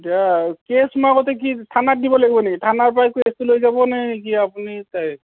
এতিয়া কেচ মই আগতে কি থানাত দিব লাগিব নেকি থানাৰ পৰাই কেচটো লৈ যাব নে কি আপুনি চাই